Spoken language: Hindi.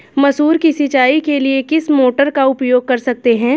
मसूर की सिंचाई के लिए किस मोटर का उपयोग कर सकते हैं?